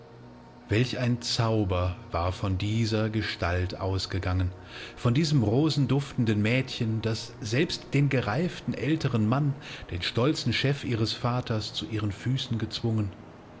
welch ein zauber war von dieser gestalt ausgegangen von diesem rosenduftenden mädchen das selbst den gereiften älteren mann den stolzen chef ihres vaters zu ihren füßen gezwungen